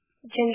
Ginger